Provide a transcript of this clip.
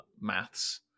maths